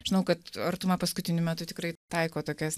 žinau kad artuma paskutiniu metu tikrai taiko tokias